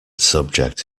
subject